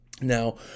Now